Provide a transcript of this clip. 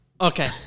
Okay